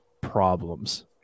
problems